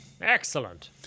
Excellent